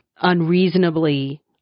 unreasonably